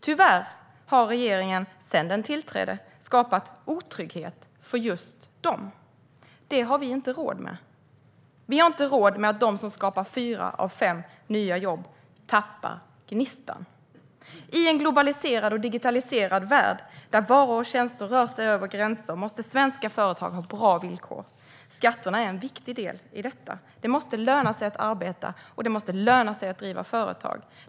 Tyvärr har regeringen sedan den tillträdde skapat otrygghet för just dem. Det har vi inte råd med. Vi har inte råd med att de som skapar fyra av fem nya jobb tappar gnistan. I en globaliserad och digitaliserad värld, där varor och tjänster rör sig över gränser, måste svenska företag ha bra villkor. Skatterna är en viktig del i detta - det måste löna sig att arbeta, och det måste löna sig att driva företag.